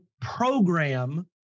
program